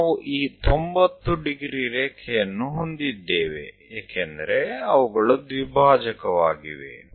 આપણી પાસે આ 90 ડિગ્રીવાળી લીટી છે કારણ કે તે દ્વિભાજે છે